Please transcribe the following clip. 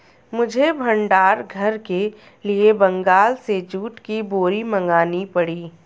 मुझे भंडार घर के लिए बंगाल से जूट की बोरी मंगानी पड़ी